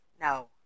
No